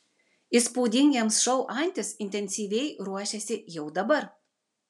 įspūdingiems šou antis intensyviai ruošiasi jau dabar